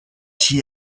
she